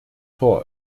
tor